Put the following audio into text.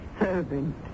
servant